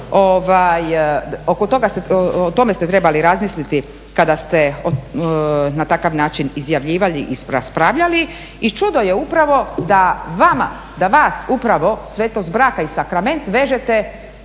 o tome ste trebali razmisliti kada ste na takav način izjavljivali i raspravljali. I čudo je upravo da vas upravo svetost braka i sakrament vežete uz